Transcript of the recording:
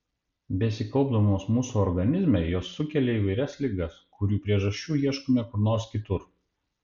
besikaupdamos mūsų organizme jos sukelia įvairias ligas kurių priežasčių ieškome kur nors kitur